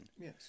Yes